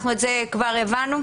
את זה כבר הבנו,